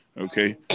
Okay